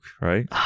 right